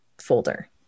folder